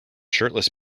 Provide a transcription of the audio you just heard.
shirtless